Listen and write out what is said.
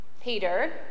Peter